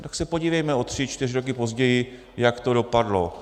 Tak se podívejme o tři čtyři roky později, jak to dopadlo.